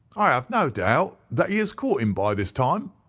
i have no doubt that he has caught him by this time.